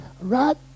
Right